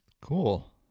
Cool